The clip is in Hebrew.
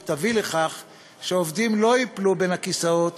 היא תביא לכך שעובדים לא ייפלו בין הכיסאות